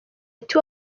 ati